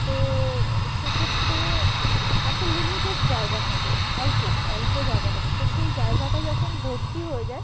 তো সেক্ষেত্রে একটা লিমিটেড জায়গা থাকে অল্প অল্প জায়গা থাকে তো সেই জায়গাটা যখন ভর্তি হয়ে যায়